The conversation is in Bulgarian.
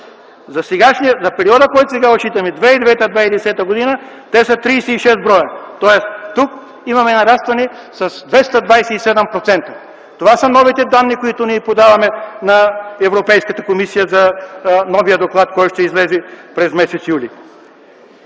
За периода, който сега отчитаме – 2009-2010 г., те са 36 броя, тоест тук имаме нарастване с 227%. Това са новите данни, които подаваме на Европейската комисия за доклада, който ще излезе през м. юли.